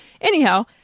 Anyhow